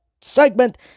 segment